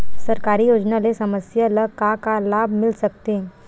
सरकारी योजना ले समस्या ल का का लाभ मिल सकते?